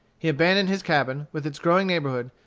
he abandoned his cabin, with its growing neighborhood,